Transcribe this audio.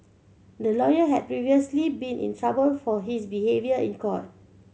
the lawyer had previously been in trouble for his behaviour in court